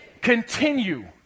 continue